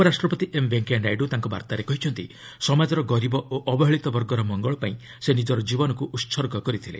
ଉପରାଷ୍ଟ୍ରପତି ଏମ୍ ଭେଙ୍କିୟା ନାଇଡୁ ତାଙ୍କ ବାର୍ତ୍ତାରେ କହିଛନ୍ତି ସମାଜର ଗରିବ ଓ ଅବହେଳିତ ବର୍ଗର ମଙ୍ଗଳ ପାଇଁ ସେ ନିକର ଜୀବନକୁ ଉତ୍ଗ କରିଥିଲେ